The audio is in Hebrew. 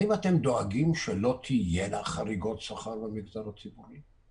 האם אתם דואגים שלא תהיינה חריגות שכר במגזר הציבורי?